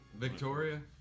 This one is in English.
Victoria